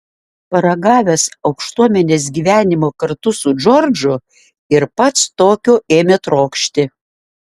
paragavęs aukštuomenės gyvenimo kartu su džordžu ir pats tokio ėmė trokšti